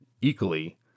equally